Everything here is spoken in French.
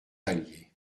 vallier